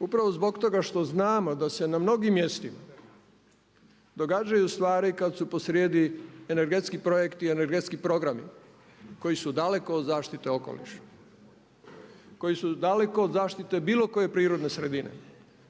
Upravo zbog toga što znamo da se na mnogim mjestima događaju stvari kada su posrijedi energetski projekti i energetski programi koji su daleko od zaštite okoliša koji su daleko od zaštite bilo koje prirodne sredine